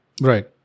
Right